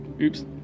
oops